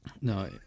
no